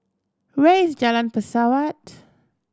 where is Jalan Pesawat